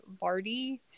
Vardy